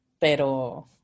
pero